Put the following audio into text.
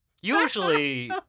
usually